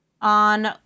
on